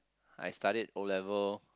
I studied O-level